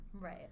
right